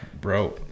Bro